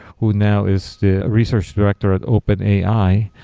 who now is the research director at open ai.